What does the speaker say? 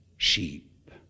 Sheep